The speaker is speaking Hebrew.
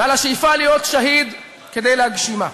ועל השאיפה להיות שהיד כדי להגשימה.